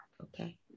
Okay